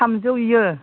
थामजौ बेयो